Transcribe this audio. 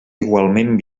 igualment